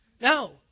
No